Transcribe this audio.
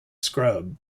scrub